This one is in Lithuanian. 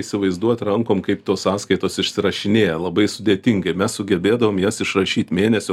įsivaizduot rankom kaip tos sąskaitos išsirašinėja labai sudėtingai mes sugebėdavom jas išrašyt mėnesio